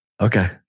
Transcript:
Okay